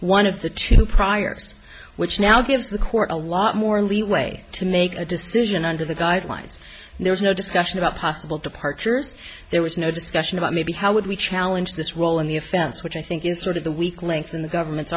one of the two priors which now gives the court a lot more leeway to make a decision under the guidelines and there's no discussion about possible departures there was no discussion about maybe how would we challenge this role in the offense which i think is sort of the weak link in the government's